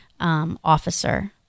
officer